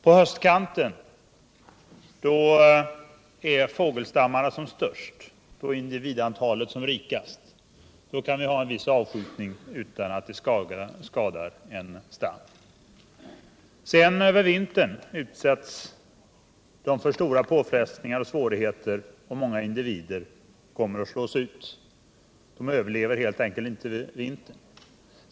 På höstkanten är fågelstammarna som störst. Då är individantalet som rikast. Då kan vi ha en viss avskjutning utan att det skadar en stam. Under vintern utsätts de sedan för stora påfrestningar och svårigheter, och många individer kommer att slås ut. De överlever helt enkelt inte vintern.